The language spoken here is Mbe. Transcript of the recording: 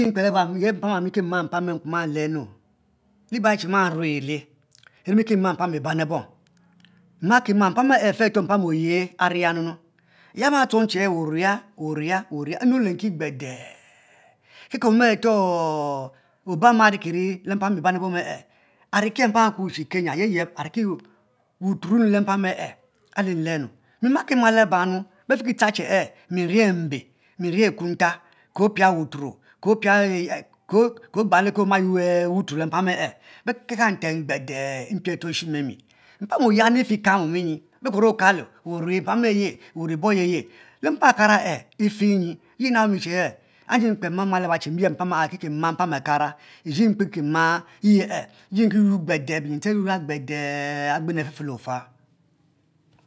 Kima mpam emkpo kinlenu libe ayyi che mma iu iri mi ki ma mpam biban ebom mmaki ma mpan e afe cheto mpam oyie chi yanu nu, ya matuong we ori ya ori ye nnu olenki gbede keke areto obama chi kiri le mpam bibaebom ariki le mpam e kpo e bekuki che keny ayeb yebe arito wutuo le mpan e alen lenu makima labanu mi rie mbe mine ekum tak ke opie wutuo e e e ama yuor wutuo le mpam e e kan kan gbede mpie areto eshim emi mmpam oyie ya efa ka mom nyi be kperue okulo weh owu mpam aye we ori ibo ayeye mpam ekara ife nyi yi nab mi enk mpam mke mam mpam akara iri mkpe ki ma yiyee yi iri ki your gbede gbenu afefe leofa